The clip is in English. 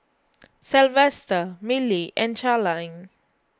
Sylvester Milly and Charline